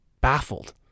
baffled